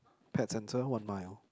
pet centre one mile